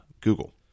Google